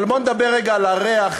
אבל בוא נדבר רגע על הריח,